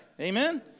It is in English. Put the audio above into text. amen